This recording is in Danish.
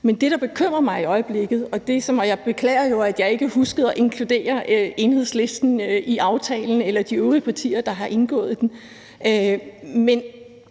Men det, der bekymrer mig i øjeblikket – og jeg beklager, at jeg ikke huskede at inkludere Enhedslisten i aftalen eller de øvrige partier, der har indgået den –